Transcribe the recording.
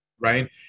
right